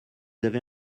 avez